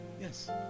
Yes